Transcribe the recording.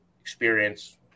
experience